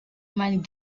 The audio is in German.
man